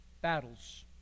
battles